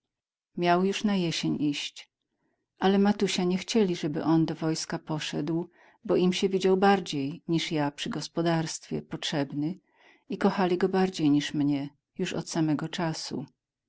miał już na jesień iść ale matusia nie chcieli żeby on do wojska poszedł bo im sie widział bardziej niż ja przy gospodarstwie potrzebny i kochali go bardziej niż mnie już od samego czasu